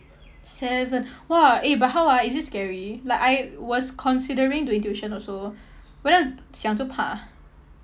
seven !wah! eh but how ah is it scary like I was considering doing tuition also but then 想就怕